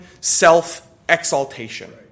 self-exaltation